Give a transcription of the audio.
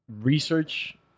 research